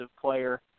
player